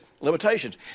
limitations